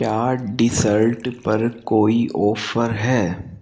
क्या डिसर्ट पर कोई ऑफर हैं